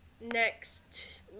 next